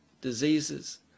diseases